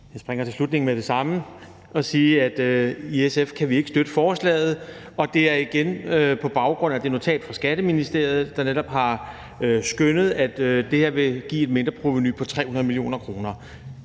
Jeg springer til slutningen med det samme og vil sige, at vi i SF ikke kan støtte forslaget. Det er igen på baggrund af det notat fra Skatteministeriet, der netop har skønnet, at det her vil give et mindreprovenu på 300 mio. kr.